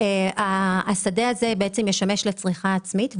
השדה הזה משמש לצריכה עצמית.